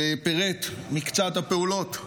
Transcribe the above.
ופירט מקצת הפעולות,